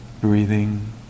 breathing